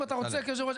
אם אתה רוצה כיו"ר,